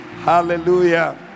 hallelujah